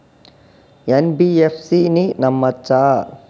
NBFC ని నమ్మచ్చా?